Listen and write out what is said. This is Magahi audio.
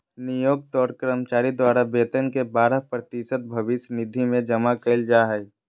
नियोक्त और कर्मचारी द्वारा वेतन के बारह प्रतिशत भविष्य निधि में जमा कइल जा हइ